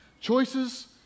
Choices